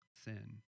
sin